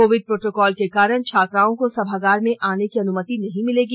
Covid protocol के कारण छात्राओं को सभागार में आने की अनुमति नहीं मिलेगी